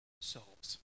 souls